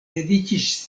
dediĉis